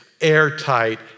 airtight